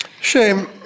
Shame